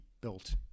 built